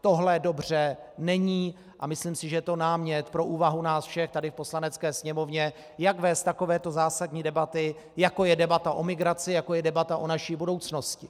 Tohle dobře není a myslím si, že je to námět pro úvahu nás všech tady v Poslanecké sněmovně, jak vést takovéto zásadní debaty, jako je debata o migraci, jako je debata o naší budoucnosti.